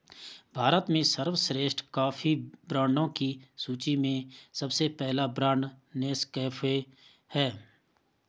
भारत में सर्वश्रेष्ठ कॉफी ब्रांडों की सूची में सबसे पहला ब्रांड नेस्कैफे है